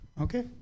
Okay